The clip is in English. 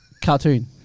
cartoon